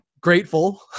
grateful